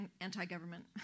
anti-government